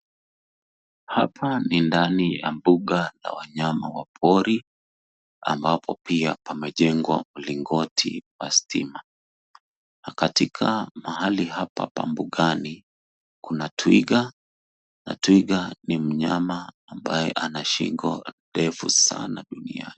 Hapa ni ndani ya mbuga la wanyama wa pori ambapo pia pamejengwa mlingoti wa stima na katika mahali hapa pa mbugani kuna twiga, na twiga ni mnyama ambaye ana shingo ndefu sana duniani.